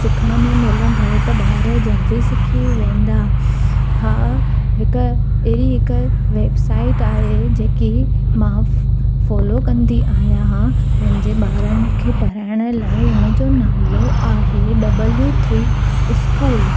सिखण में मिलंदो त ॿार जल्दी सिखी वेंदा हा हिक अहिड़ी हिकु वेबसाइट आहे जंहिंखें मां फॉलो कंदी आहियां पंहिंजे ॿारनि खे पढ़ाइण लाइ उनजो नालो आहे डब्लू थ्री स्कूल